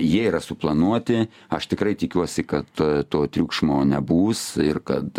jie yra suplanuoti aš tikrai tikiuosi kad to triukšmo nebus ir kad